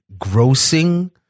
grossing